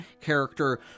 character